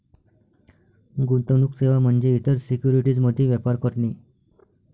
गुंतवणूक सेवा म्हणजे इतर सिक्युरिटीज मध्ये व्यापार करणे